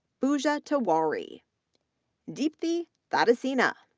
pooja tewari, deepthi thadasina,